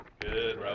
Good